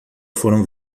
foram